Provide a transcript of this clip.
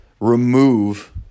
remove